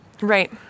Right